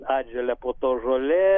atželia po to žolė